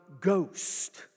ghost